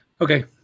okay